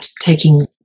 taking